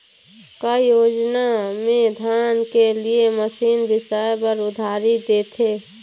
का योजना मे धान के लिए मशीन बिसाए बर उधारी देथे?